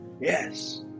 Yes